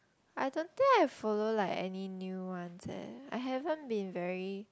I don't think I follow like any new ones eh I haven't been very